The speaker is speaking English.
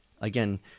again